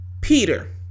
Peter